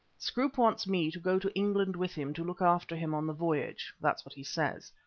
scroope wants me to go to england with him to look after him on the voyage that's what he says.